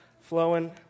flowing